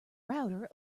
router